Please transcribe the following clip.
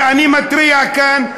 אני מתריע כאן.